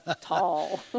tall